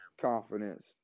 confidence